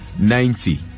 Ninety